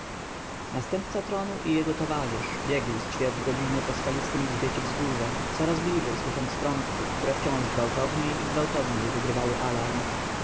następca tronu i jego towarzysz biegli z ćwierć godziny po skalistym grzbiecie wzgórza coraz bliżej słysząc trąbki które wciąż gwałtowniej i gwałtowniej wygrywały alarm